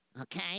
Okay